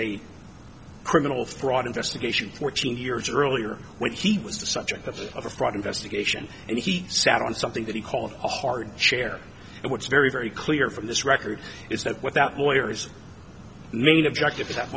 a criminal fraud investigation fourteen years earlier when he was the subject of a fraud investigation and he sat on something that he called a hard chair and what is very very clear from this record is that without lawyers main objective is that